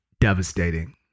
devastating